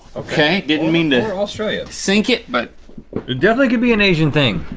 okay, didn't mean to or australia. sink it but it definitely could be an asian thing.